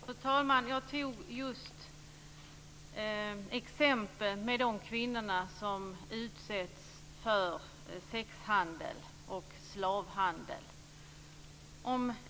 Fru talman! Jag tog just exemplet med de kvinnor som utsätts för sexhandel och slavhandel.